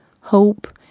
hope